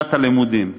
שנת הלימודים.